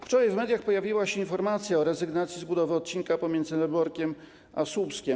Wczoraj w mediach pojawiła się informacja o rezygnacji z budowy odcinka pomiędzy Lęborkiem a Słupskiem.